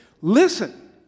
Listen